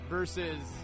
Versus